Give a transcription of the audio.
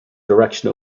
direction